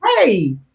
Hey